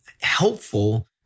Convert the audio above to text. helpful